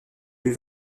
plus